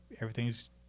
Everything's